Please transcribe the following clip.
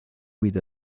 with